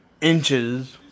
inches